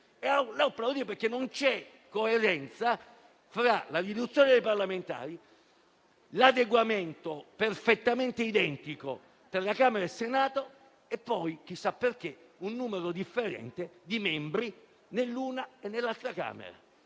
non c'è coerenza tra la riduzione dei parlamentari, l'adeguamento, perfettamente identico, tra Camera e Senato e poi - chissà perché - un numero differente di membri nell'una e nell'altra Camera.